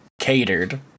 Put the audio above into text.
catered